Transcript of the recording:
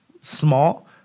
small